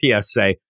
PSA